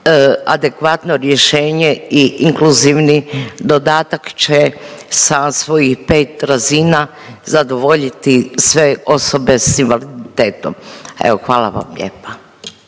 adekvatno rješenje i inkluzivni dodatak će sa svojih pet razina zadovoljiti sve osobe sa invaliditetom. Evo hvala vam lijepa.